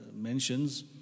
mentions